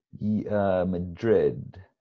Madrid